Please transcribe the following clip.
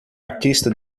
artista